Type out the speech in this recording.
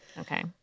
Okay